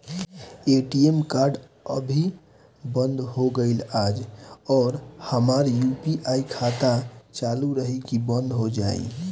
ATM card अभी बंद हो गईल आज और हमार यू.पी.आई खाता चालू रही की बन्द हो जाई?